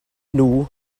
nhw